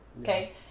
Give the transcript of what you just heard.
Okay